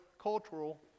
cultural